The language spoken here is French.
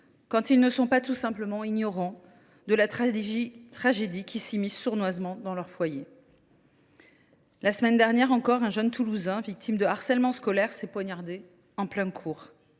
quand ils ne sont pas tout simplement ignorants de la tragédie qui s’immisce sournoisement dans leur foyer. La semaine dernière encore, un jeune Toulousain, victime de harcèlement scolaire, s’est poignardé en plein cours.